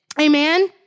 Amen